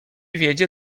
wiedzie